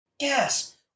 Yes